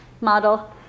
model